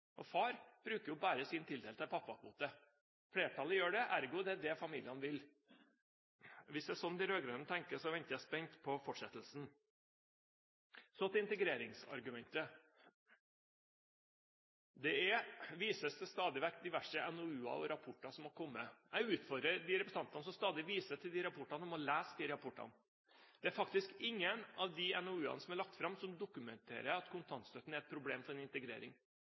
den. Far bruker bare sin tildelte pappakvote. Flertallet gjør det, ergo er det det familiene vil. Hvis det er sånn de rød-grønne tenker, venter jeg spent på fortsettelsen. Så til integreringsargumentet. Det vises til stadighet til diverse NOU-er og rapporter som er kommet. Jeg utfordrer de representantene som stadig viser til de rapportene, til å lese dem. Det er faktisk ingen av de NOU-ene som er lagt fram, som dokumenterer at kontantstøtten er et problem for